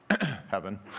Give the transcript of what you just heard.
heaven